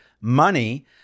money